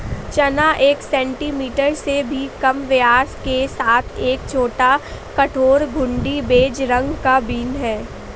चना एक सेंटीमीटर से भी कम व्यास के साथ एक छोटा, कठोर, घुंडी, बेज रंग का बीन है